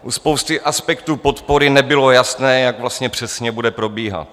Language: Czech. U spousty aspektů podpory nebylo jasné, jak vlastně přesně bude probíhat.